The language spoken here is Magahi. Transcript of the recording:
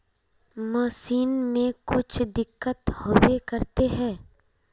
मशीन में कुछ दिक्कत होबे करते है?